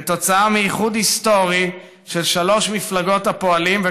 כתוצאה מאיחוד היסטורי של שלוש מפלגות הפועלים,